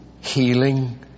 healing